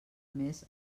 mes